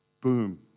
boom